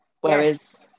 Whereas